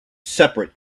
separate